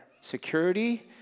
security